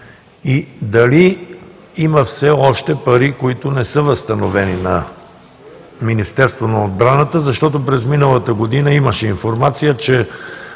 и дали има все още пари, които не са възстановени на Министерството на отбраната? През миналата година имаше информация, че